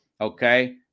Okay